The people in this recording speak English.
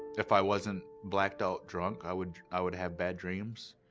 if i wasn't blacked-out drunk, i would i would have bad dreams,